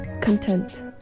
Content